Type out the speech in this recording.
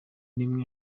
n’imwe